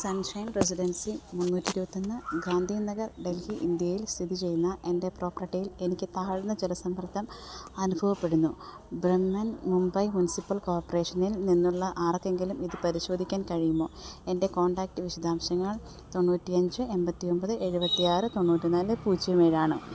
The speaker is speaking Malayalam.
സൺഷൈൻ റെസിഡൻസി മുന്നൂറ്റി ഇരുപത്തി ഒന്ന് ഗാന്ധി നഗർ ഡൽഹി ഇന്ത്യയിൽ സ്ഥിതി ചെയ്യുന്ന എൻ്റെ പ്രോപ്പർട്ടിയിൽ എനിക്ക് താഴ്ന്ന ജലസമ്മർദ്ദം അനുഭവപ്പെടുന്നു ബ്രമ്മൻ മുംബൈ മുനിസിപ്പൽ കോർപ്പറേഷനിൽ നിന്നുള്ള ആർക്കെങ്കിലും ഇത് പരിശോധിക്കാൻ കഴിയുമോ എൻ്റെ കോൺടാക്റ്റ് വിശദാംശങ്ങൾ തൊണ്ണൂറ്റിയഞ്ച് എൺപത്തി ഒമ്പത് എഴുപത്തിയാറ് തൊണ്ണൂറ്റി നാല് പൂജ്യം ഏഴാണ്